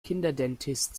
kinderdentist